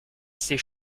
ses